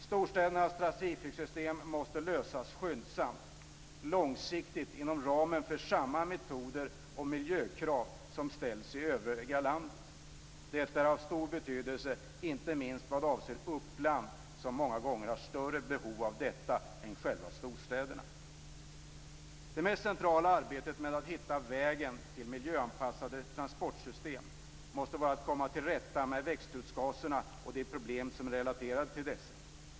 Storstädernas trafiksystem måste lösas skyndsamt, och långsiktigt, inom ramen för samma metoder och miljökrav som ställs i övriga landet. Detta är av stor betydelse, inte minst vad avser Uppland som många gånger har större behov av detta än själva storstäderna. Det mest centrala i arbetet med att hitta vägen till det miljöanpassade transportsystemet måste vara att komma till rätta med växthusgaserna och de problem som är relaterade till dessa.